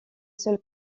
seul